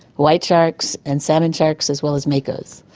white sharks and salmon sharks as well as makos.